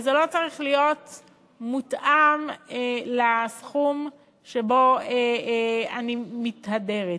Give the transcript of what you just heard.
וזה לא צריך להיות מותאם לסכום שבו אני מתהדרת.